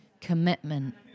commitment